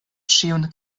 ĉiun